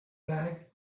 bag